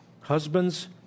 Husbands